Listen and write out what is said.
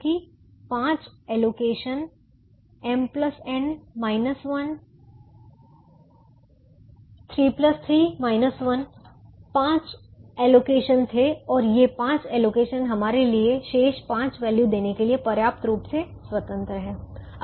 क्योंकि पाँच allocation m n 1 3 3 1 पाँच एलोकेशन थे और ये पाँच एलोकेशन हमारे लिए शेष पाँच वैल्यू देने के लिए पर्याप्त रूप से स्वतंत्र हैं